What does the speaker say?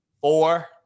Four